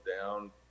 down